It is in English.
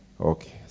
okay